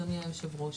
אדוני היו"ר,